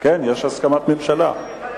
יש הסכמת ממשלה.